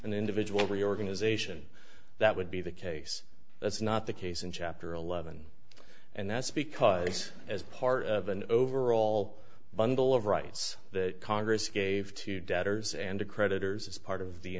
and individual reorganization that would be the case that's not the case in chapter eleven and that's because as part of an overall bundle of rights that congress gave to debtors and creditors as part of the